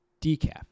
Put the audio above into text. decaf